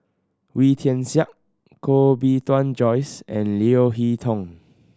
Wee Tian Siak Koh Bee Tuan Joyce and Leo Hee Tong